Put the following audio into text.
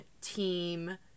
team